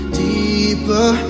deeper